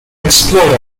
exploring